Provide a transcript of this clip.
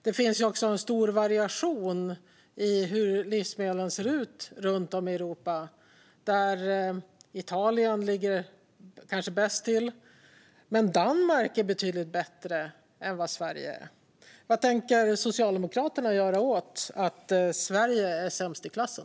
Det finns också en stor variation i hur livsmedlen ser ut runt om i Europa, där Italien kanske ligger bäst till. Men Danmark är betydligt bättre än vad Sverige är. Vad tänker Socialdemokraterna göra åt att Sverige är sämst i klassen?